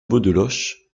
beaudeloche